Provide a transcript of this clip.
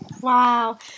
wow